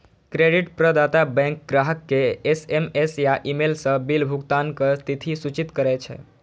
credit प्रदाता bank ग्राहक कें एस.एम.एस या ईमेल सं बिल भुगतानक तिथि सूचित करै छै